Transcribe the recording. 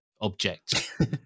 object